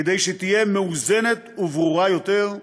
כדי שתהיה מאוזנת וברורה יותר,